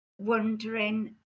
wondering